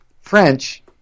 French